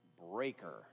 breaker